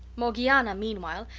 morgiana, meanwhile,